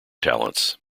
talents